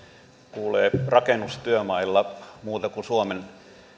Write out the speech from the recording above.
kuulee rakennustyömailla muuta kuin suomen